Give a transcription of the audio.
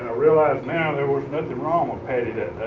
ah realize now there was nothing wrong with patti that